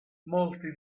molti